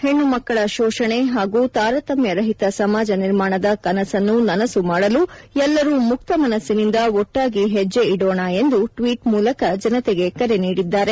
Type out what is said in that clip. ಹೆಣ್ಣು ಮಕ್ಕಳ ಶೋಷಣೆ ಹಾಗೂ ತಾರತಮ್ಯರಹಿತ ಸಮಾಜ ನಿರ್ಮಾಣದ ಕನಸನ್ನು ನನಸು ಮಾಡಲು ಎಲ್ಲರೂ ಮುಕ್ತ ಮನಸ್ಸಿನಿಂದ ಒಟ್ಟಾಗಿ ಹೆಜ್ಜೆ ಇದೋಣ ಎಂದು ಟ್ವೀಟ್ ಮೂಲಕ ಜನತೆಗೆ ಕರೆ ನೀಡಿದ್ದಾರೆ